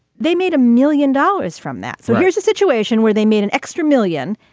they made a million dollars from that. so here's a situation where they made an extra million.